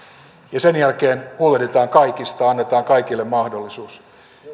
ja sen jälkeen huolehditaan kaikista annetaan kaikille mahdollisuus